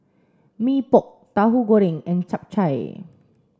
Mee Pok Tahu Goreng and Chap Chai